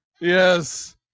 Yes